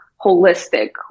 holistic